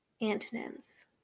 antonyms